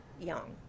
young